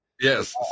Yes